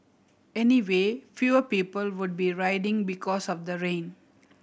anyway fewer people would be riding because of the rain